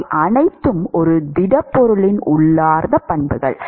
அவை அனைத்தும் ஒரு திடப்பொருளின் உள்ளார்ந்த பண்புகள்